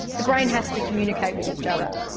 the brain has to communicate with each other.